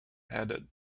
headed